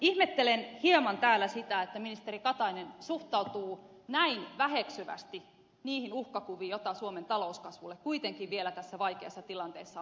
ihmettelen hieman täällä sitä että ministeri katainen suhtautuu näin väheksyvästi niihin uhkakuviin joita suomen talouskasvulle kuitenkin vielä tässä vaikeassa tilanteessa on olemassa